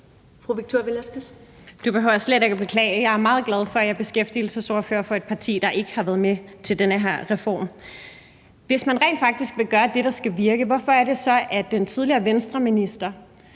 Du behøver slet ikke at beklage. Jeg er meget glad for, at jeg er beskæftigelsesordfører for et parti, der ikke har været med til den her reform. Hvis man rent faktisk vil gøre det, der skal virke, hvorfor er det så, at den tidligere Venstreminister